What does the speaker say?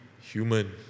human